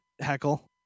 heckle